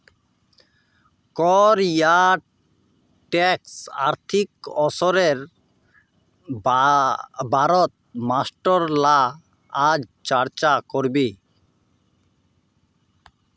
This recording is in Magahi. कर या टैक्सेर आर्थिक असरेर बारेत मास्टर ला आज चर्चा करबे